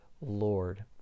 Lord